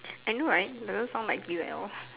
I know right doesn't sound like you at all